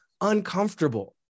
uncomfortable